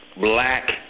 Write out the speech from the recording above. black